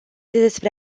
despre